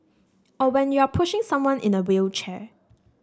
or when you're pushing someone in a wheelchair